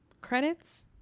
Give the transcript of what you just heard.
credits